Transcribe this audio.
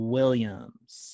Williams